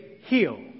heal